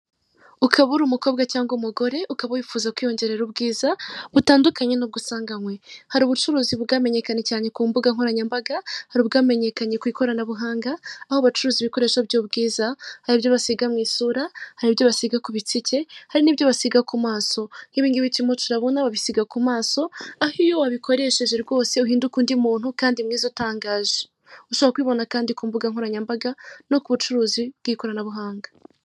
Ukaba uri umukobwa cyangwa umugore ukaba wifuza kwiyongerera ubwiza butandukanye n'ubwo usanganywe, hari ubucuruzi bwamenyekanye cyane kumbuga nkoranyambaga, hari ubwamenyekanye ku ikoranabuhanga aho bacuruza ibikoresho by'ubwiza. Hari ibyo basiga mu isura, hari ibyo basiga ku bitsike, hari n'ibyo basiga ku maso, nk'ibingibi turimo turabona babisiga ku maso aho iyo wabikoresheje rwose uhinduka undi muntu kandi mwiza utangaje, ushobora kubibona kandi ku mbuga nkoranyambaga no ku bucuruzi bw'ikoranabuhanga.